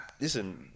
Listen